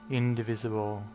indivisible